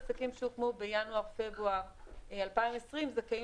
לעסקים שהוקמו בינואר-פברואר 2020 זכאים